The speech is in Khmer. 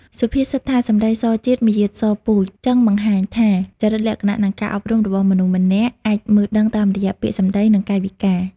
សុភាសិតថា «សម្ដីសជាតិ មារយាទសពូជ»ចង់បង្ហាញថា ចរិតលក្ខណៈ និងការអប់រំរបស់មនុស្សម្នាក់ អាចមើលដឹងតាមរយៈពាក្យសម្ដី និងកាយវិការ។